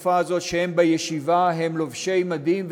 בתקופה הזאת שהם בישיבה הם לובשי מדים,